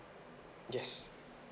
yes